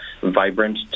vibrant